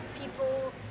people